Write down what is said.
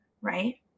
Right